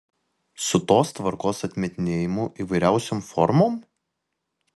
su tos tvarkos atmetinėjimu įvairiausiom formom